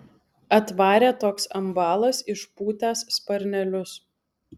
atvarė toks ambalas išpūtęs sparnelius